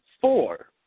four